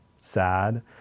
sad